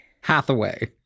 Hathaway